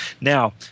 Now